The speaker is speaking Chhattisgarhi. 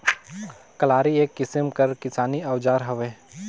कलारी एक किसिम कर किसानी अउजार हवे